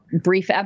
brief